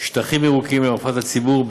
שטחים ירוקים לרווחת הציבור,